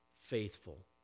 faithful